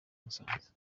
musanze